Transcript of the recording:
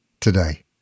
today